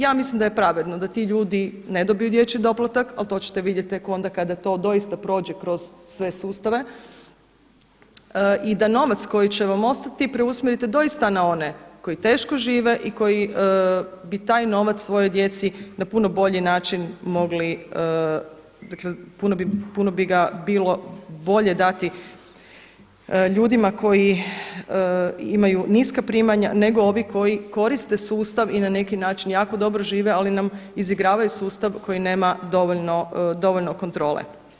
Ja mislim da je pravedno da ti ljudi ne dobiju dječji doplatak, ali to ćete vidjeti tek onda kada to doista prođe kroz sve sustave i da novac koji će vam ostati preusmjerite doista na one koji teško žive i koji bi taj novac svojoj djeci na bilo koji način mogli, dakle puno bi ga bilo bolje dati ljudima koji imaju niska primanja nego ovi koji koriste sustav i na neki način jako dobro žive ali nam izigravaju sustav koji nema dovoljno kontrole.